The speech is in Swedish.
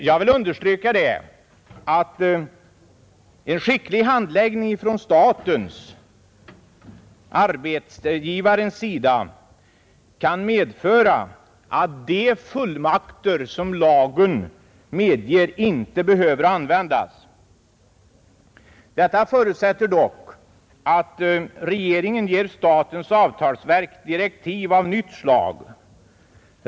Jag vill understryka, att skicklig handläggning från statens — arbetsgivarens — sida kan medföra att de fullmakter som lagen medger inte behöver användas. Detta förutsätter dock, att regeringen ger statens avtalsverk direktiv av nytt slag.